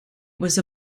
was